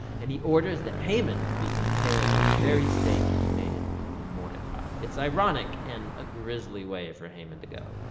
and he orders that haman be impaled on the very stake he made for mordecai. it's ironic and a grizzly way for haman to go.